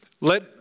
Let